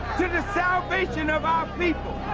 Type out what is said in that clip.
to the salvation of our people.